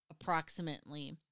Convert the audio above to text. approximately